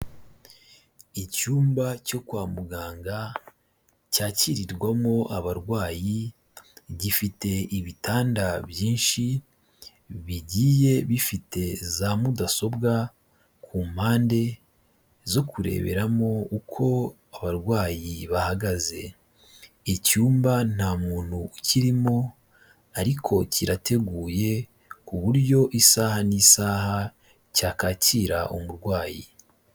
Icyumba cyo kwa muganga, cyakirirwamo abarwayi, gifite ibitanda byinshi, bigiye bifite za mudasobwa ku mpande zo kureberamo uko abarwayi bahagaze. Icyumba ntamuntu ukirimo ariko kirateguye, ku buryo isaha n'isaha cyakakira umurwayi.